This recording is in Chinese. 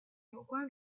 有关